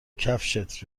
کفشت